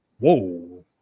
Whoa